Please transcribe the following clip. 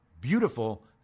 beautiful